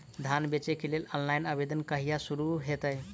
धान बेचै केँ लेल ऑनलाइन आवेदन कहिया शुरू हेतइ?